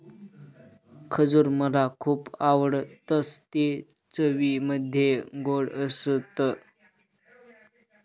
खजूर मला खुप आवडतं ते चवीमध्ये गोड असत